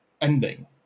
ending